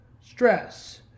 stress